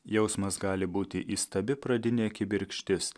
jausmas gali būti įstabi pradinė kibirkštis